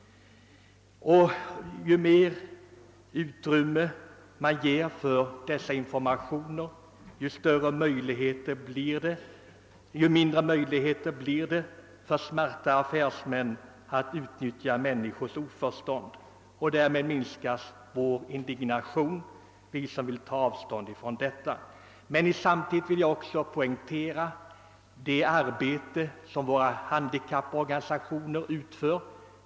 Ju mer utrymme man ger dessa informationer, desto mindre blir möjligheterna för smarta affärsmän att utnyttja människors handikapp. Därmed minskas också indignationen hos oss som vill ta avstånd från sådana metoder.